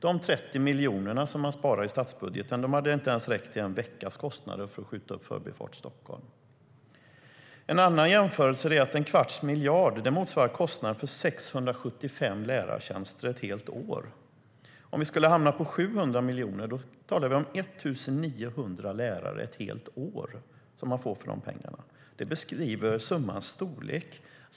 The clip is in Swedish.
De 30 miljoner som man sparar i statsbudgeten hade inte ens räckt till en veckas kostnader för att skjuta upp Förbifart Stockholm.En annan jämförelse är att en kvarts miljard motsvarar kostnaden för 675 lärartjänster ett helt år. Hamnar vi på 700 miljoner skulle vi få 1 900 lärare ett helt år för dessa pengar. Det beskriver summans storlek.